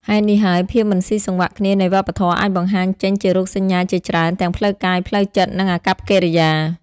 ហេតុនេះហើយ ភាពមិនស៊ីសង្វាក់គ្នានៃវប្បធម៌អាចបង្ហាញចេញជារោគសញ្ញាជាច្រើន ទាំងផ្លូវកាយ ផ្លូវចិត្ត និងអាកប្បកិរិយា។